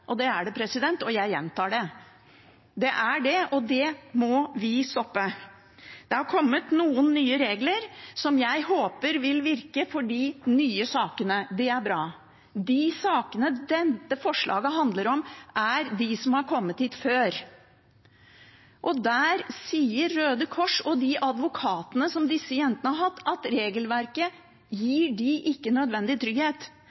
Det er det, og jeg gjentar det. Det er det, og det må vi stoppe. Det har kommet noen nye regler som jeg håper vil virke for de nye sakene – det er bra. De sakene dette forslaget handler om, gjelder dem som har kommet hit før. Der sier Røde Kors og advokatene som disse jentene har hatt, at regelverket ikke gir dem nødvendig trygghet.